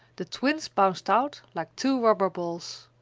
the twins bounced out like two rubber balls.